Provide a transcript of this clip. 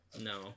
no